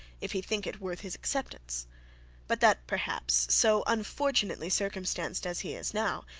if he think it worth his acceptance but that, perhaps, so unfortunately circumstanced as he is now,